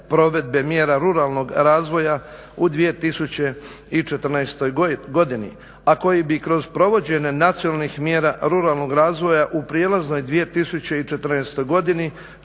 provedbe mjera ruralnog razvoja u 2014.godini, a koji bi kroz provođenje nacionalnih mjera ruralnog razvoja u prijelaznoj 2014.godini